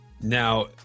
Now